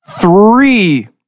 three